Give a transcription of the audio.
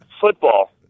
Football